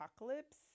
Apocalypse